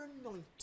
anointed